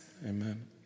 Amen